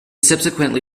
subsequently